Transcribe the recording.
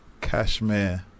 Cashmere